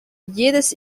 jedes